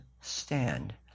stand